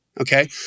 okay